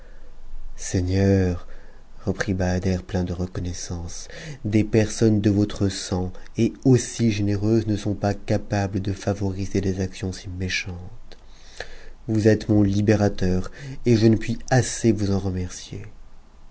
seigneur reprit bahader plein de reconnaissance des personnes de votre sang et aussi généreuses ne sont pas capables de favoriser des actions si méchantes vous êtes mon libérateur et je ne puis assez vous remercier